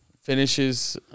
finishes